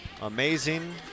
Amazing